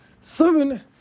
seven